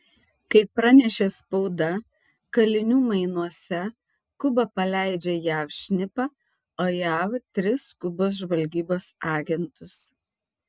kaip pranešė spauda kalinių mainuose kuba paleidžia jav šnipą o jav tris kubos žvalgybos agentus